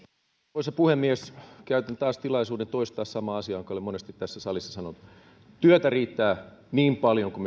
arvoisa puhemies käytän taas tilaisuuden toistaa saman asian jonka olen monesti tässä salissa sanonut työtä riittää niin paljon kuin